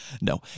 No